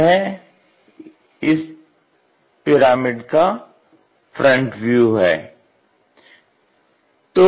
यह इस पिरामिड का फ्रंट व्यू है